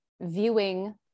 viewing